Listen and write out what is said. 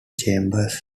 chambers